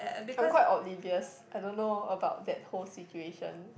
I'm quite oblivious I don't know about that whole situation